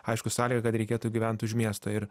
aišku sąlyga kad reikėtų gyvent už miesto ir